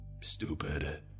Stupid